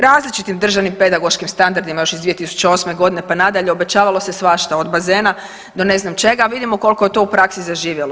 Različitim državnim pedagoškim standardima još iz 2008. godine pa nadalje obećavalo se svašta od bazena, do ne znam čega, a vidimo koliko je to u praksi zaživjelo.